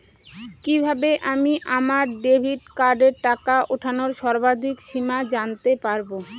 কিভাবে আমি আমার ডেবিট কার্ডের টাকা ওঠানোর সর্বাধিক সীমা জানতে পারব?